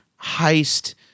heist